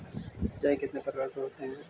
सिंचाई कितने प्रकार के होते हैं?